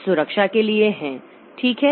कुछ सुरक्षा के लिए हैं ठीक है